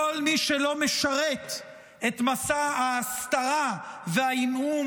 כל מי שלא משרת את מסע ההסתרה והעמעום